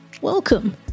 Welcome